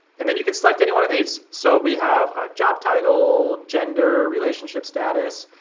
and then you can select any one of these. so we have ah job title, gender, relationship status.